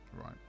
right